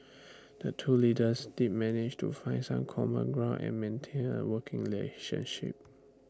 the two leaders did manage to find some common ground and maintain A working relationship